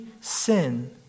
sin